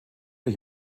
der